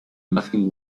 nothing